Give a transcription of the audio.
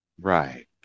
right